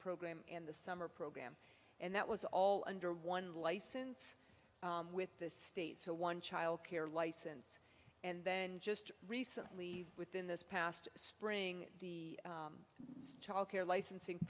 program in the summer program and that was all under one license with the state so one child care license and then just recently within this past spring the childcare licensing